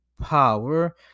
power